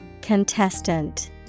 Contestant